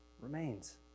remains